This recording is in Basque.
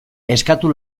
eskatu